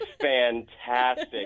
Fantastic